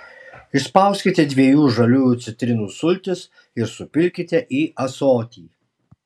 išspauskite dviejų žaliųjų citrinų sultis ir supilkite į ąsotį